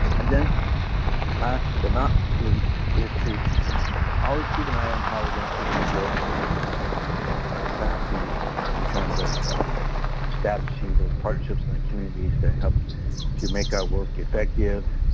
and then last but not least is to always keep an eye on how we're going to be building our capacity in terms of establishing those partnerships in the communities that help to make our work effective,